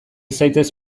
zaitez